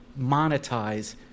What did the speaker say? monetize